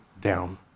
down